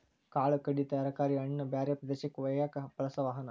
ಕಾಳ ಕಡಿ ತರಕಾರಿ ಹಣ್ಣ ಬ್ಯಾರೆ ಪ್ರದೇಶಕ್ಕ ವಯ್ಯಾಕ ಬಳಸು ವಾಹನಾ